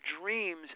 dreams